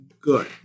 good